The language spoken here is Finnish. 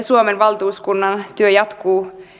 suomen valtuuskunnan työ jatkuu